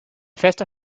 fester